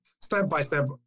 step-by-step